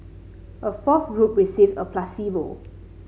a fourth group received a placebo